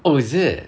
oh is it